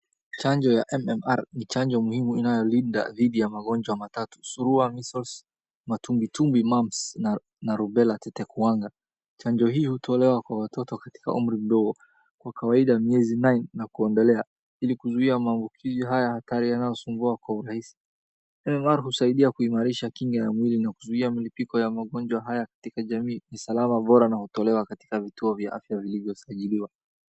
Chanjo ya mmr ni chanjo muhimu inayolinda dhidi ya magonjwa matatu surua, measles matumbi tumbi mums na rubella tetekuanga chanjo hiyo utolewa kwa watoto katika umri mdogo kwa kawaida miezi nine na kuendelea ili kuzuzuia maambukioz hayo hatari yanayosumbua kwa urahisi mmr usaidia kuimarisha kinga ya mwili na kuzuia malipuko ya magonjwa haya katika jamii usalama bora inatolewa katika vituo vya afya vilivyosajiliwa .